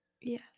Yes